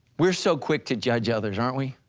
we're so quick to judge others aren't we?